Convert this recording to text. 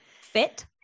Fit